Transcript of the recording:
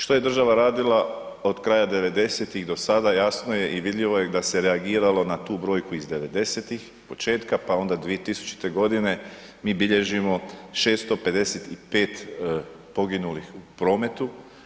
Što je država radila od kraja '90.-tih do sada jasno je i vidljivo da se reagiralo na tu brojku iz '90.-tih početka, pa onda 2000. godine mi bilježimo 655 poginulih u prometu.